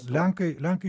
lenkai lenkai